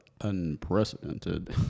unprecedented